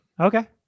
okay